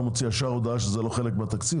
מוציא הודעה ישר שזה לא חלק מהתקציב?